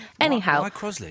Anyhow